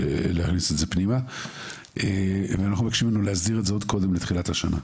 אנחנו מבקשים ממנו להסדיר את זה עוד קודם לתחילת השנה,